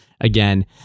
again